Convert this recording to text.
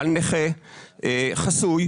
על נכה, חסוי,